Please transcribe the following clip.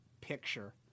picture